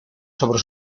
sobre